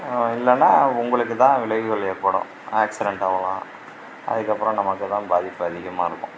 இல்லைன்னா உங்களுக்கு தான் விளைவுகள் ஏற்படும் ஆக்சிரென்ட் ஆவலாம் அதுக்கப்புறம் நமக்கு தான் பாதிப்பு அதிகமாக இருக்கும்